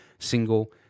single